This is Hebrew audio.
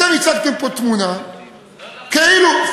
אתם הצגתם פה תמונה כאילו, לא אנחנו.